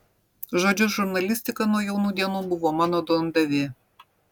žodžiu žurnalistika nuo jaunų dienų buvo mano duondavė